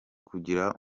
kugira